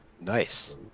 Nice